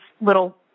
little